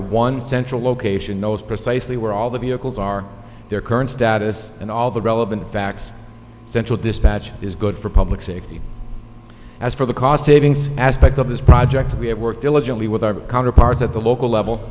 one central location knows precisely where all the vehicles are their current status and all the relevant facts central dispatch is good for public safety as for the cost savings aspect of this project we have worked diligently with our counterparts at the local level